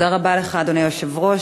תודה רבה לך, אדוני היושב-ראש.